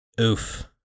oof